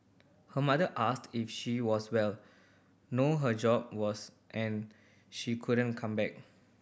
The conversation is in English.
her mother asked if she was well know her job was and she couldn't come back